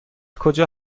کجا